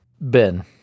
Ben